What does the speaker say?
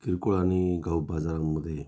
किरकोळ आणि गाव बाजारांमध्ये